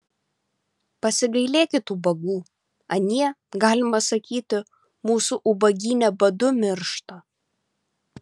pasigailėkit ubagų anie galima sakyti mūsų ubagyne badu miršta